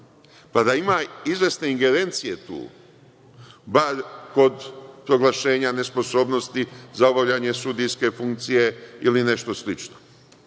pa da ima izvesne ingerencije tu, bar kod proglašenja nesposobnosti za obavljanje sudijske funkcije ili nešto slično,